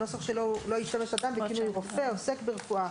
עוסק ברפואה,